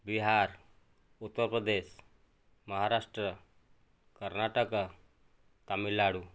Bihar Uttar Pradesh Maharashtra Karnataka Tamil Nadu